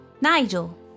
Nigel